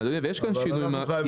אבל אנחנו חייבים לעצור את זה.